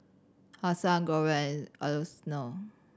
Hassan Glover Alfonso